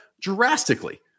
drastically